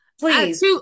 Please